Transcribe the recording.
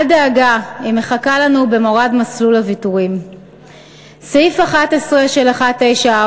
הגיע הזמן שזה ישתנה.